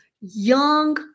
young